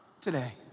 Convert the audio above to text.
today